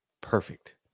perfect